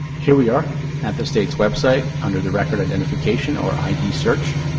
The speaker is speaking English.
here we are at the state's website under the record identification or id search.